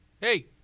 hey